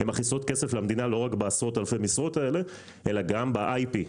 הן מכניסות כסף למדינה ולא רק בעשרות אלפי משרות אלא גם ב-IP.